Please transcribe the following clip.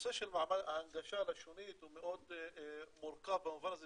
הנושא של ההנגשה הלשונית הוא מאוד מורכב במובן הזה